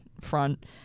front